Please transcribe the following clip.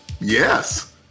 Yes